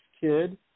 Kid